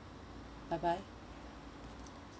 bye bye